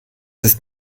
ist